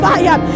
Fire